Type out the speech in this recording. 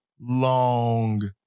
long